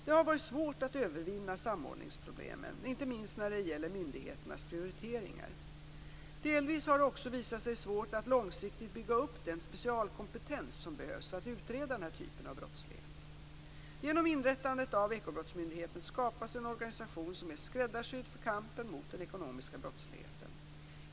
Det har varit svårt att övervinna samordningsproblemen, inte minst när det gäller myndigheternas prioriteringar. Delvis har det också visat sig svårt att långsiktigt bygga upp den specialkompetens som behövs för att utreda den här typen av brottslighet. Genom inrättandet av Ekobrottsmyndigheten skapas en organisation som är skräddarsydd för kampen mot den ekonomiska brottsligheten.